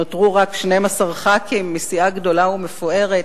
נותרו רק 12 חברי כנסת מסיעה גדולה ומפוארת,